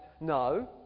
No